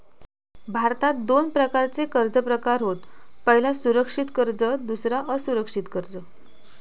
भारतात दोन प्रकारचे कर्ज प्रकार होत पह्यला सुरक्षित कर्ज दुसरा असुरक्षित कर्ज